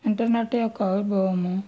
internet యొక్క album